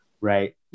right